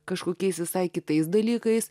kažkokiais visai kitais dalykais